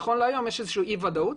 נכון להיום ישנה אי ודאות.